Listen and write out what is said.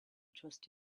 trust